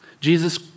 Jesus